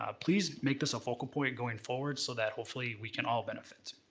ah please make this a focal point going forward so that hopefully we can all benefit.